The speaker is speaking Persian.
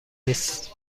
نیست